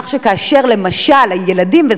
לכך שלמשל הילדים מופנים,